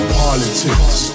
politics